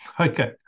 Okay